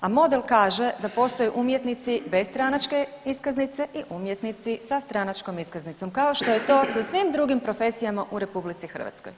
A model kaže da postoje umjetnici bez stranačke iskaznice i umjetnici sa stranačkom iskaznicom kao što je to sa svim drugim profesijama u RH.